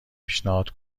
پیشنهاد